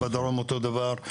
גם בדרום אותו דבר,